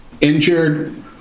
injured